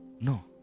No